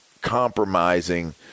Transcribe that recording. compromising